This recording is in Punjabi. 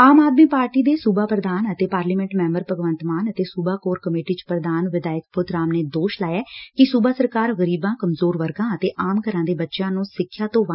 ਆਮ ਆਦਮੀ ਪਾਰਟੀ ਦੇ ਸੁਬਾ ਪੁਧਾਨ ਅਤੇ ਪਾਰਲੀਮੈਂਟ ਮੈਂਬਰ ਭਗਵੰਤ ਮਾਨ ਅਤੇ ਸੁਬਾ ਕੋਰ ਕਮੇਟੀ ਚ ਪੁਧਾਨ ਵਿਧਾਇਕ ਬੁੱਧ ਰਾਮ ਨੇ ਦੋਸ਼ ਲਾਇਐ ਕਿ ਸੁਬਾ ਸਰਕਾਰ ਗਰੀਬਾਂ ਕਮਜੋਰ ਵਰਗਾਂ ਅਤੇ ਆਮ ਘਰਾਂ ਦੇ ਬੱਚਿਆਂ ਨੇ ਸਿੱਖਿਆ ਤੋਂ ਵਾਝਾਂ ਕਰ ਰਹੀ ਏ